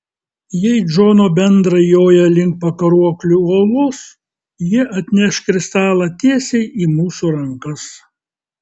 jei džono bendrai joja link pakaruoklių uolos jie atneš kristalą tiesiai į mūsų rankas